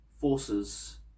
forces